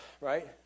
right